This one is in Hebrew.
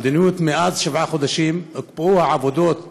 המדיניות מאז, שבעה חודשים, הוקפאו העבודות